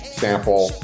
sample